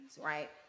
right